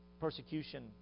Persecution